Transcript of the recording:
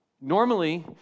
Normally